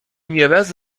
nieraz